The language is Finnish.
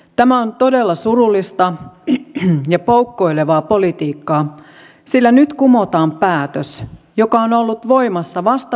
tämä on todella surullista ja poukkoilevaa politiikkaa sillä nyt kumotaan päätös joka on ollut voimassa vasta viisi vuotta